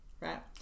Right